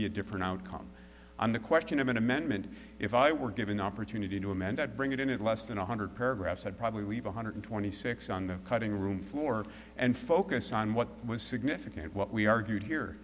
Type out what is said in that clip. be a different outcome on the question of an amendment if i were given the opportunity to amend that bring it in at less than one hundred paragraphs i'd probably leave one hundred twenty six on the cutting room floor and focus on what was significant what we argued here